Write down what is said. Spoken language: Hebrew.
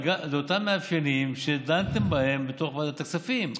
אלה אותם מאפיינים שדנתם בהם בתוך ועדת הכספים.